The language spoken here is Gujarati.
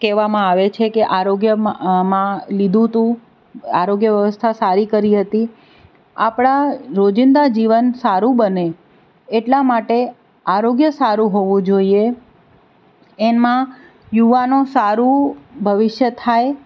કહેવામાં આવે છે કે આરોગ્યમાં લીધું હતું આરોગ્ય વ્યવસ્થા સારી કરી હતી આપણા રોજિંદા જીવન સારું બને એટલા માટે આરોગ્ય સારું હોવું જોઈએ એમાં યુવાનો સારું ભવિષ્ય થાય